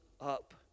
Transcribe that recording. up